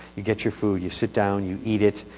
you get your food. you sit down. you eat it.